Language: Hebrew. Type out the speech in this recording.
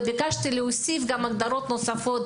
וביקשתי גם להוסיף הגדרות נוספות,